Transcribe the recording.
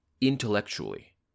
intellectually